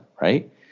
right